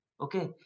Okay